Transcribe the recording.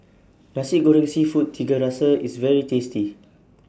Nasi Goreng Seafood Tiga Rasa IS very tasty